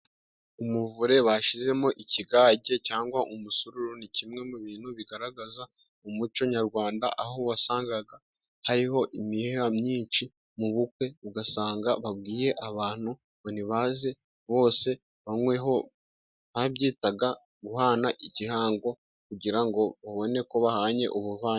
Umuvure bashyizemo ikigage cyangwa umusuru ni kimwe mu bintu bigaragaza umuco nyarwanda, aho wasangaga hariho imiheha myinshi mu bukwe ugasanga babwiye abantu ngo nibaze bose banyweho, babyitaga guhana igihango kugira ngo babone ko bahanye ubuvange.